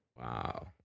Wow